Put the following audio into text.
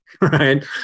right